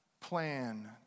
plan